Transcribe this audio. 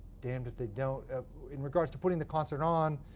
damned if they don't in regards to putting the concert on.